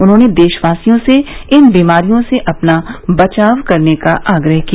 उन्होंने देशवासियों से इन बीमारियों से अपना बचाव करने का आग्रह किया